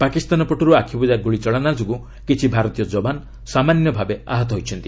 ପାକିସ୍ତାନ ପଟରୁ ଆଖିବୁଜା ଗୁଳିଚାଳନା ଯୋଗୁଁ କିଛି ଭାରତୀୟ ଯବାନ ସାମାନ୍ୟ ଭାବେ ଆହତ ହୋଇଛନ୍ତି